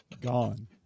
Gone